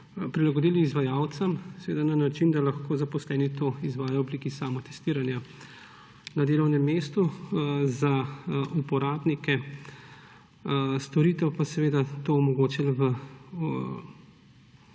prilagodili izvajalcem, seveda na način, da lahko zaposleni to izvajajo v obliki samotestiranja na delovnem mestu, za uporabnike storitev pa to omogočili v